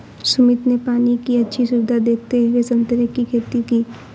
सुमित ने पानी की अच्छी सुविधा देखते हुए संतरे की खेती की